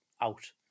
out